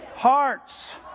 hearts